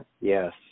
Yes